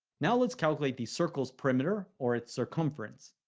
now, let's calculate the circle's perimeter or its circumference.